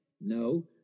No